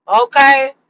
okay